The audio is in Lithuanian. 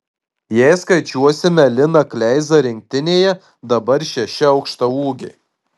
jei skaičiuosime liną kleizą rinktinėje dabar šeši aukštaūgiai